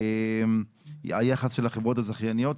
היחס של החברות הזכייניות,